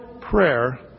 prayer